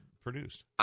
produced